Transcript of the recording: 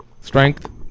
Strength